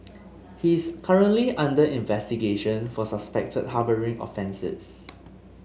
he is currently under investigation for suspected harbouring offences